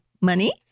money